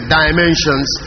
dimensions